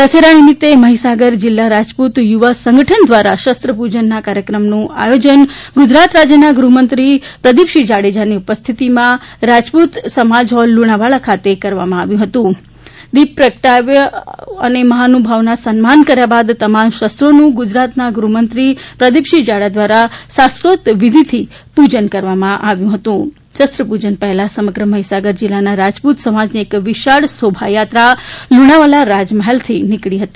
દશેરા નિમિત્તે મહીસાગર જિલ્લા રાજપૂત યુવા સંગઠન દ્વારા શસ્ત્રપૂજન ના કાર્યક્રમ નું આયોજન ગુજરાત રાજ્યના ગૃહ મંત્રી પ્રદીપસિંહ જાડેજા ની ઉપસ્થિતિમાં રાજપૂત સમાજ હોલ લુણાવાડા ખાતે કરવામાં આવ્યું હતું દીપ પ્રગટ્યા અને મહાનુભવોના સન્માન કર્યા બાદ તમામ શસ્ત્રો નું ગુજરાત ના ગૃહમંત્રી પ્રદીપસિંહ જાડેજા દ્વારા શાસ્ત્રોક્ત વિધિથી પૂજન કરવામાં આવ્યું હતું શસ્ત્ર પૂજન પહેલા સમગ્ર મહીસાગર જિલ્લાના રાજપૂત સમાજની એક વિશાળ શોભા યાત્રા લુણાવાડા રાજમહેલ થી નીકળી હતી